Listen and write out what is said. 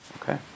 Okay